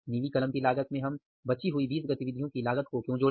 नीली कलम की लागत में हम बची हुई 20 गतिविधियों की लागत को क्यों जोड़े